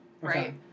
Right